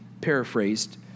paraphrased